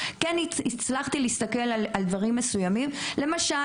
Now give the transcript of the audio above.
אנחנו מקדמים תיעוד גם דרך כלי טיס שונים, רחפנים.